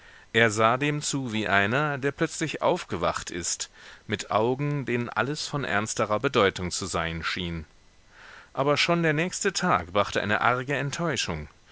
er sah dem zu wie einer der plötzlich aufgewacht ist mit augen denen alles von ernsterer bedeutung zu sein schien aber schon der nächste tag brachte eine arge enttäuschung